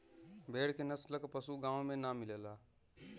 भेड़ के नस्ल क पशु गाँव में ना मिलला